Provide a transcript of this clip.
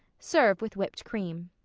serve with whipped cream.